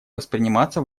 восприниматься